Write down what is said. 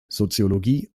soziologie